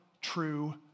true